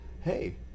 Hey